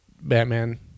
batman